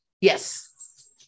yes